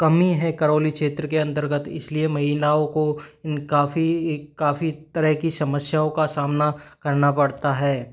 कमी है करौली क्षेत्र के अंतर्गत इसलिए महिलालों को इन काफ़ी काफ़ी तरह की समस्याओं का सामना करना पड़ता है